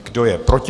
Kdo je proti?